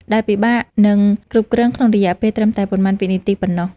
ដែលពិបាកនឹងគ្រប់គ្រងក្នុងរយៈពេលត្រឹមតែប៉ុន្មានវិនាទីប៉ុណ្ណោះ។